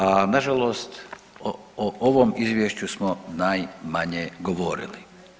A nažalost o ovom izvješću smo najmanje govorili.